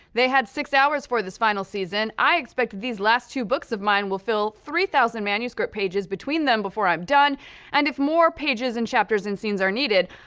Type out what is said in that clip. they had six hours for this final season. i expect these last two books of mine will fill three thousand manuscript pages between them before i'm done and if more pages and chapters and scenes are needed,